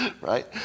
Right